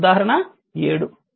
ఉదాహరణ 7